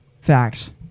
Facts